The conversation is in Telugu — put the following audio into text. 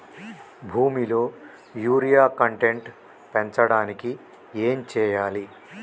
భూమిలో యూరియా కంటెంట్ పెంచడానికి ఏం చేయాలి?